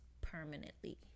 permanently